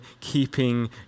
keeping